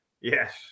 Yes